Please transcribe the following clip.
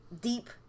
deep